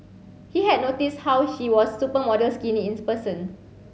he had noticed how she was supermodel skinny in person